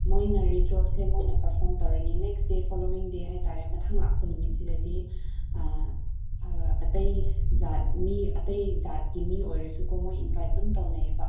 ꯃꯣꯏꯅ ꯔꯤꯆ꯭ꯋꯦꯜꯁꯦ ꯃꯣꯏꯅ ꯄꯔꯐꯣꯝ ꯇꯧꯔꯅꯤ ꯅꯦꯛꯁ ꯗꯦ ꯐꯣꯂꯣꯋꯤꯡ ꯗꯦ ꯍꯥꯏ ꯇꯥꯔꯦ ꯃꯊꯪ ꯂꯥꯛꯄ ꯅꯨꯃꯤꯠꯁꯤꯗꯗꯤ ꯑꯇꯩ ꯖꯥꯠ ꯃꯤ ꯑꯇꯩ ꯖꯥꯠꯀꯤ ꯃꯤ ꯑꯣꯏꯔꯁꯨ ꯀꯣ ꯃꯣꯏ ꯏꯟꯕꯥꯏꯠ ꯑꯗꯨꯝ ꯇꯧꯅꯩꯑꯕ